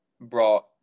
brought